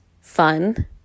fun